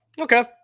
Okay